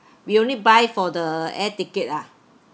we only buy for the air ticket ah